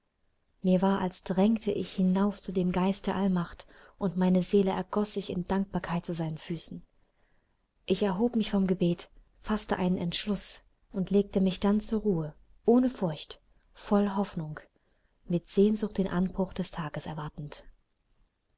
mir war als dränge ich hinauf zu dem geist der allmacht und meine seele ergoß sich in dankbarkeit zu seinen füßen ich erhob mich vom gebet faßte einen entschluß und legte mich dann zur ruhe ohne furcht voll hoffnung mit sehnsucht den anbruch des tages erwartend